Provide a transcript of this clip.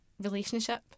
relationship